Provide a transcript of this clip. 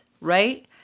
right